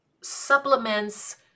supplements